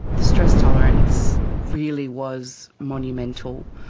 the stress tolerance really was monumental.